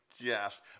Yes